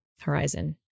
horizon